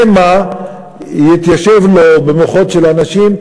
שמא יתיישב לו במוחות של אנשים,